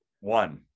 One